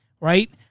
right